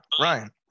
Ryan